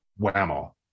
whammo